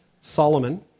Solomon